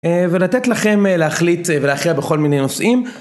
ולתת לכם להחליט ולהכריע בכל מיני נושאים.